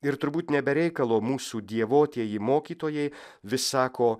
ir turbūt ne be reikalo mūsų dievotieji mokytojai vis sako